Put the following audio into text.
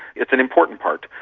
it's an important part.